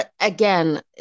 again